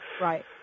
Right